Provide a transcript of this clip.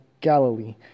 Galilee